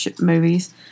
movies